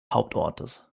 hauptortes